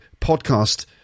podcast